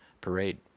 Parade